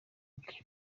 bwe